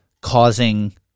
causing